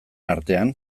artean